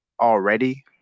already